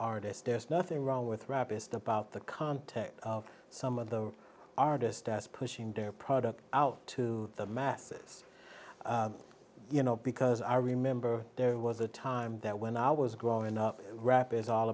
artists there's nothing wrong with rap is about the context of some of the artist that's pushing their product out to the masses you know because i remember there was a time that when i was growing up rap is all